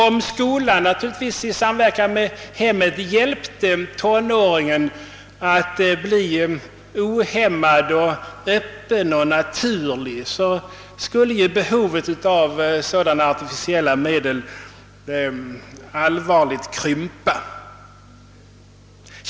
Om skolan, naturligtvis i samverkan med hemmet, hjälpte tonåringen att bli ohämmad, öppen och naturlig, skulle behovet av sådana artificiella medel betydligt krympa.